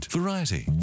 Variety